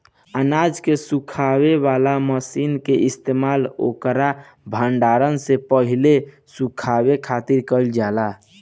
अनाज के सुखावे वाला मशीन के इस्तेमाल ओकर भण्डारण से पहिले सुखावे खातिर कईल जाला